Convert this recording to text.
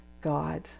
God